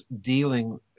dealing